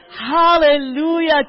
Hallelujah